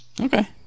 Okay